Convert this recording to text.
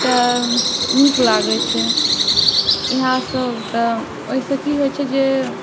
तऽ नीक लागै छै इएहसब तऽ ओहिसँ कि होइ छै जे